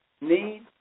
need